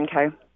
okay